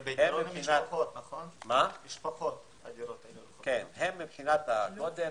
הן מותאמות מבחינת הגודל,